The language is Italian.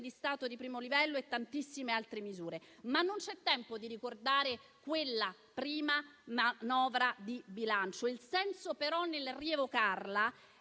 apprendistato di primo livello e tantissime altre misure. Non c'è tempo di ricordare quella prima manovra di bilancio. Il senso, però, di rievocarla